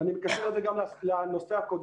ואני מקשר את זה גם לנושא הקודם,